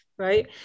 right